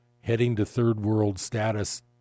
heading-to-third-world-status